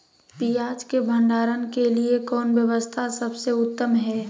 पियाज़ के भंडारण के लिए कौन व्यवस्था सबसे उत्तम है?